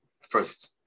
first